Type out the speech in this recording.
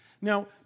Now